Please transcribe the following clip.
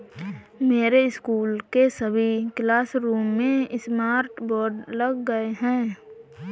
मेरे स्कूल के सभी क्लासरूम में स्मार्ट बोर्ड लग गए हैं